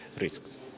risks